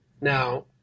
Now